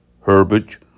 Herbage